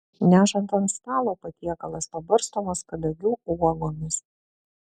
nešant ant stalo patiekalas pabarstomas kadagių uogomis